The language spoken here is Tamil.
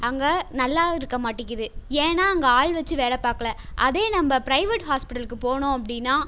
அங்கே நல்லா இருக்க மாட்டிக்குது ஏன்னால் அங்கே ஆள் வச்சு வேலை பார்க்ல அதே நம்ம ப்ரைவேட் ஹாஸ்பிட்டலுக்கு போனோம் அப்படின்னா